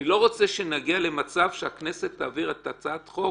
אני לא רוצה שנגיע למצב שהכנסת תעביר את הצעת החוק